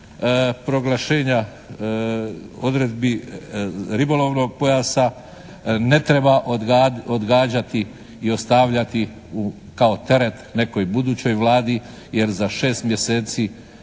proglašenja odredbi ribolovnog pojasa, ne treba odgađati i ostavljati kao teret nekoj budućoj vladi jer za 6 mjeseci